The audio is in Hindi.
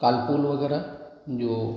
कालपूल वगैरह जो